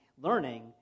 learning